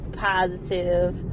positive